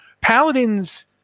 paladins